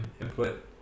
input